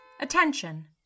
Attention